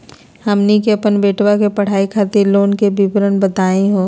हमनी के अपन बेटवा के पढाई खातीर लोन के विवरण बताही हो?